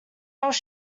else